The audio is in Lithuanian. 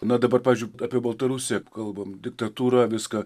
na dabar pavyzdžiui apie baltarusiją kalbam diktatūra viską